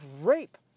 rape